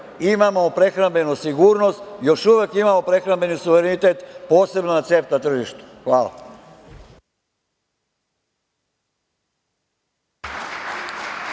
imamo prehrambenu sigurnost, još uvek imamo prehrambeni suverenitet posebno na CEFTA tržištu. Hvala.